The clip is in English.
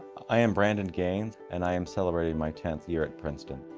i am brandon gaines and i am celebrating my tenth year at princeton.